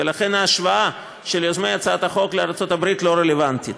ולכן ההשוואה של יוזמי הצעת החוק לארצות הברית לא רלוונטית.